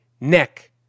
neck